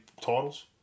titles